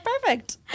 perfect